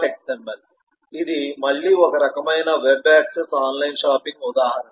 xml ఇది మళ్ళీ ఒక రకమైన వెబ్ యాక్సెస్ ఆన్లైన్ షాపింగ్ ఉదాహరణ